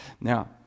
Now